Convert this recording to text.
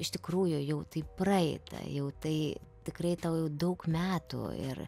iš tikrųjų jau tai praeita jau tai tikrai tau jau daug metų ir